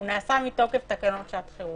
הוא נעשה מתוקף תקנות שעת חירום.